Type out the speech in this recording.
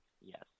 yes